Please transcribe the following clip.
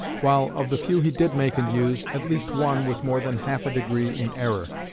while, of the few he did make and use, at least one was more than half a degree in error,